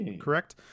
correct